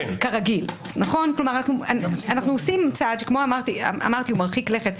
אנחנו עושים צעד שאמרתי שהוא מרחיק לכת.